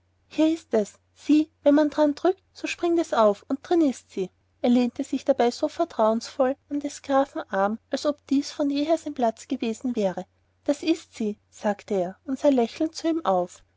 hier ist es sieh wenn man daran drückt so springt es auf und drin ist sie er lehnte sich dabei so vertrauensvoll an des grafen arm als ob dies von jeher sein platz gewesen wäre das ist sie sagte er und sah lächelnd zu ihm auf